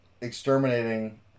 exterminating